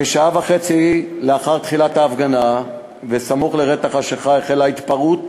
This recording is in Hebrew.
כשעה וחצי לאחר תחילת ההפגנה וסמוך לרדת החשכה החלה התפרעות